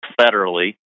federally